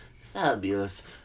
fabulous